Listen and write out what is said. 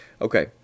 Okay